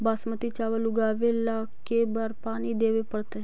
बासमती चावल उगावेला के बार पानी देवे पड़तै?